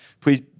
please